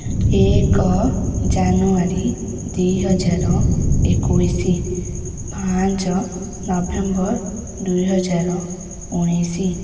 ଏକ ଜାନୁଆରୀ ଦୁଇହଜାର ଏକୋଇଶ ପାଞ୍ଚ ନଭେମ୍ବର ଦୁଇହଜାର ଉଣେଇଶ